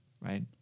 Right